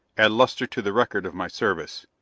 add luster to the record of my service,